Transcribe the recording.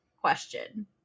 question